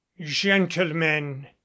gentlemen